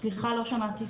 סליחה, לא שמעתי.